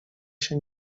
się